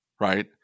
right